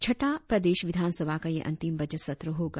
छटा प्रदेश विधान सभा का यह अंतिम बजट सत्र होगा